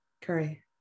Curry